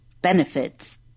benefits